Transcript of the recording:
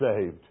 saved